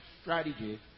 strategy